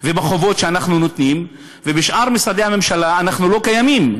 ובחובות שאנחנו נותנים ובשאר משרדי הממשלה אנחנו לא קיימים,